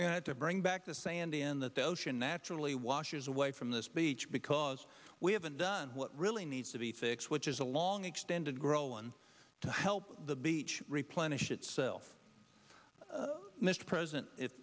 thing to bring back the sand in that the ocean naturally washes away from this beach because we haven't done what really needs to be fixed which is a long extended grohl and to help the beach replenish itself mr president